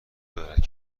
دارد